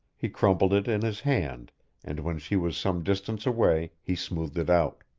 he crumpled it in his hand and, when he was some distance away, he smoothed it out.